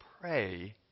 pray